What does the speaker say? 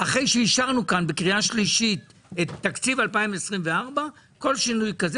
אחרי שאישרנו כאן בקריאה שלישית את תקציב 2024 כל שינוי כזה